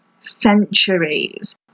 centuries